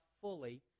fully